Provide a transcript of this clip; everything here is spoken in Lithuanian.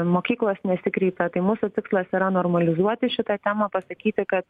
mokyklos nesikreipia tai mūsų tikslas yra normalizuoti šitą temą pasakyti kad